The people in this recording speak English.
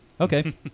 Okay